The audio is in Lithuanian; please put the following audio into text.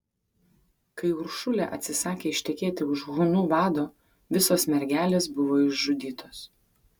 kai uršulė atsisakė ištekėti už hunų vado visos mergelės buvo išžudytos